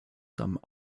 some